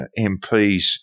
MPs